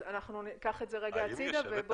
אז אנחנו ניקח את זה הצידה ובואו